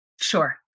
Sure